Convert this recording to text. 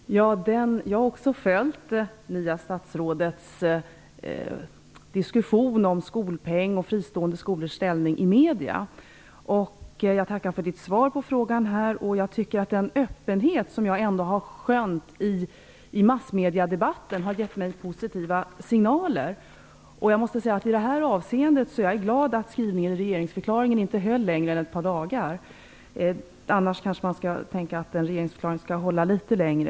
Herr talman! Jag har också följt det nya statsrådets diskussion i medierna om skolpeng och fristående skolors ställning. Jag tackar för statsrådets svar på min fråga. Den öppenhet som jag har skönjt i massmediedebatten har gett mig positiva signaler. Jag är glad att skrivningen i regeringsförklaringen i det här fallet inte höll längre än ett par dagar, men annars skall nog en regeringsförklaring hålla litet längre.